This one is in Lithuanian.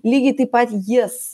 lygiai taip pat jis